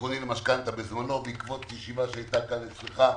בזמנו בעקבות ישיבה שהייתה כאן אצלך,